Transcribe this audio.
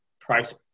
price